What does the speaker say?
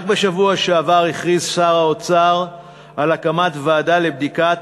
רק בשבוע שעבר הכריז שר האוצר על הקמת ועדה לבדיקת